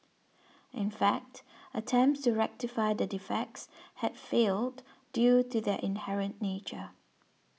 in fact attempts to rectify the defects have failed due to their inherent nature